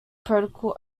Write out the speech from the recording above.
protocol